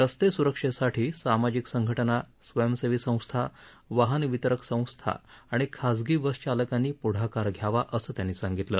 रस्ते सुरक्षेसाठी सामाजिक संघटना स्वयंसेवी संस्था वाहन वितरक संस्था आणि खासगी बस चालकांनी प्ढाकार घ्यावा असं त्यांनी सांगितलं